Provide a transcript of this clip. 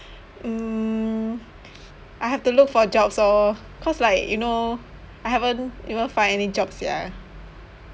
mm I have to look for jobs orh cause like you know I haven't even find any job sia